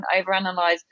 overanalyze